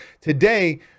today